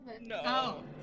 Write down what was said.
No